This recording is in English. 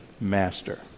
master